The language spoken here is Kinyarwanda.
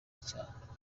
icyaha